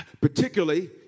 particularly